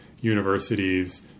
universities